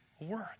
work